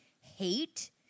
hate